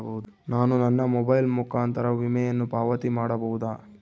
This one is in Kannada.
ನಾನು ನನ್ನ ಮೊಬೈಲ್ ಮುಖಾಂತರ ವಿಮೆಯನ್ನು ಪಾವತಿ ಮಾಡಬಹುದಾ?